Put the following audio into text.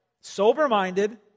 sober-minded